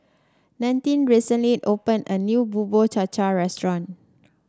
Nannette recently opened a new Bubur Cha Cha restaurant